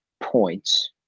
points